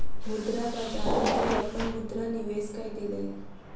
मुद्रा बाजार में ओ अपन मुद्रा निवेश कय देलैन